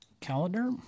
calendar